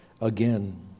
again